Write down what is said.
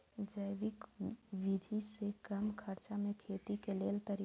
जैविक विधि से कम खर्चा में खेती के लेल तरीका?